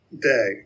day